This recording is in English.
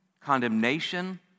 condemnation